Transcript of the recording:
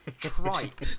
tripe